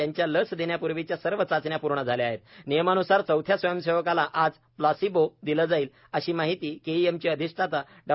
त्यांच्या लस देण्याप्र्वीच्या सर्व चाचण्या पूर्ण झाल्या आहेत नियमान्सार चौथ्या स्वयंसेवकाला आज प्लासीबो दिलं जाईल अशी माहिती केईएमचे अधिष्ठाता डॉ